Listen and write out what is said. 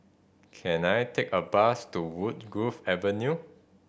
can I take a bus to Woodgrove Avenue